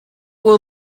will